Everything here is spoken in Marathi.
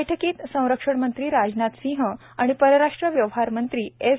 बैठकीत संरक्षणमंत्री राजनाथ सिंह आणि परराष्ट्र व्यवहारमंत्री एस